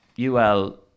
UL